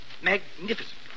Magnificent